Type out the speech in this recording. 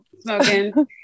smoking